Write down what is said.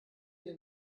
ihr